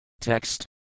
Text